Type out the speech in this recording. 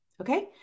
Okay